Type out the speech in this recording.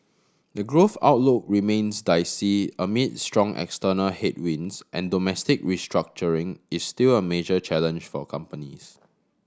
the growth outlook remains dicey amid strong external headwinds and domestic restructuring is still a major challenge for companies